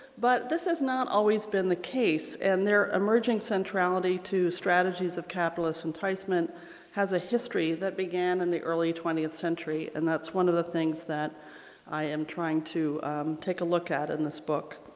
but this has not always been the case and their emerging centrality to strategies of capitalist enticement has a history that began in and the early twentieth century and that's one of the things that i am trying to take a look at in this book.